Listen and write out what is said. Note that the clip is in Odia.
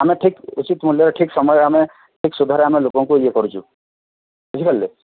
ଆମେ ଠିକ୍ ଉଚିତ୍ ମୂଲ୍ୟରେ ଠିକ୍ ସମୟ ଆମେ ଠିକ୍ ସୁଧରେ ଆମେ ଲୋକଙ୍କୁ ଇଏ କରୁଛୁ ବୁଝିପାରିଲେ